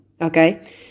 Okay